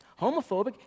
homophobic